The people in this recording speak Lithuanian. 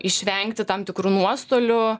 išvengti tam tikrų nuostolių